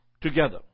together